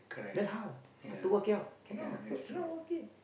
then how how to work out cannot cannot okay